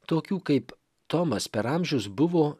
tokių kaip tomas per amžius buvo